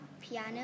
piano